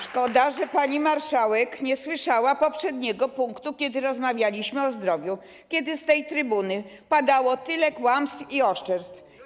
Szkoda, że pani marszałek nie słyszała poprzedniego punktu, kiedy rozmawialiśmy o zdrowiu, kiedy z tej trybuny padało tyle kłamstw i oszczerstw.